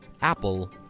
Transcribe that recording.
apple